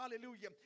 Hallelujah